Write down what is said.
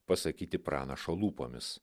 pasakyti pranašo lūpomis